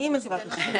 עם עזרת ה'.